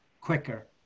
quicker